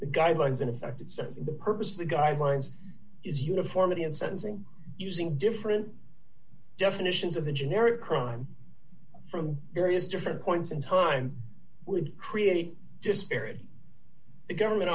the guidelines in effect it's something the purpose of the guidelines is uniformity in sentencing using different definitions of the generic crime from various different points in time would create just parity the government